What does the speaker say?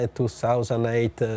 2008